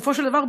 בסופו של דבר,